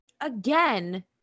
again